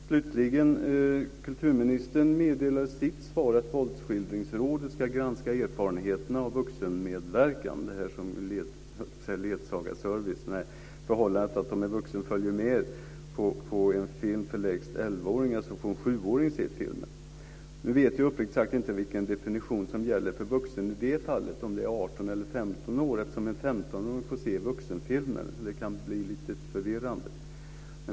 Slutligen: Kulturministern meddelar i sitt svar att Våldsskildringsrådet ska granska erfarenheterna av vuxenmedverkan - ett slags ledsagarservice, förhållandet att om en vuxen följer med på en film för lägst 11-åringar får en 7-åring se filmen. Jag vet inte uppriktigt sagt vilken definition som gäller för vuxen i det fallet, om det är 18 år eller 15 år - en 15-åring får ju se vuxenfilmer. Det kan bli lite förvirrande.